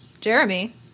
jeremy